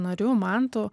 nariu mantu